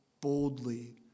boldly